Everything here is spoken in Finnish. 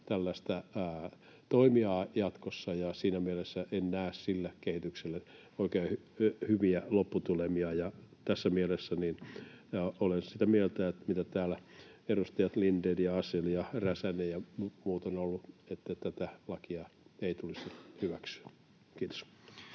tällaista toimijaa jatkossa. Siinä mielessä en näe sille kehitykselle oikein hyviä lopputulemia. Tässä mielessä olen sitä mieltä, mitä täällä edustajat Lindén ja Asell ja Räsänen ja muut ovat olleet, että tätä lakia ei tulisi hyväksyä. — Kiitos.